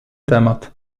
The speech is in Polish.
temat